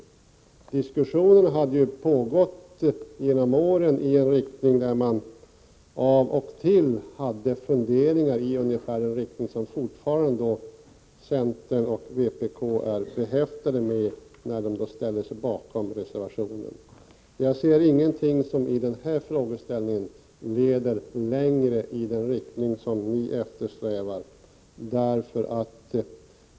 Diskussionen hade ägt rum genom åren, och man hade av och till haft funderingar i ungefär den riktning som centern och vpk förordar när de ställer sig bakom reservationen. Jag ser ingenting i den här frågeställningen som leder längre i den riktning som ni eftersträvar.